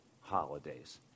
holidays